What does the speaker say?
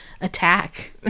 attack